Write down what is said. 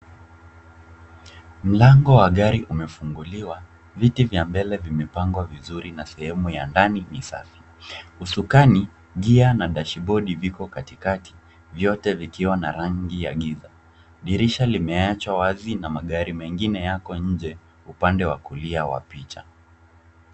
Mlango wa gari umefunguliwa . Viti vya mbele vimepangwa vizuri na sehemu ya ndani ni safi. Usukani , gia na dashibodi viko katikati vyote vikiwa na rangi ya giza. Dirisha limeachwa wazi na magari mengine yako nje upande wa kulia wa picha.